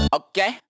okay